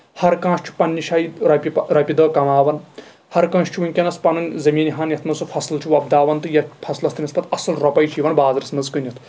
ہرکانٛہہ چھُ پَنٕنہِ جایہِ رۄپیہِ رۄپیہِ دہ کَماوان ہر کٲنٛسہِ چھُ ؤنٛکیٚنس پنُن زمیٖن ۂنۍ ہَتھ منٛز سُہ فصٕل چھُ وۄپداون تہٕ یَتھ فَصلَس تٔمِس پَتہٕ اَصٕل رۄپَے چھِ یِوان بازرَس منٛز کٕنِتھ